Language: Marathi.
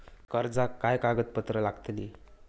कर्जाक काय कागदपत्र लागतली?